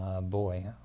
Boy